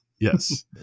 Yes